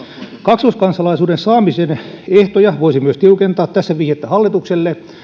kaksoiskansalaisuuden saamisen ehtoja voisi myös tiukentaa tässä vihjettä hallitukselle